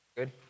Good